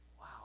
Wow